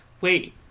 Wait